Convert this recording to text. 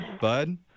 Bud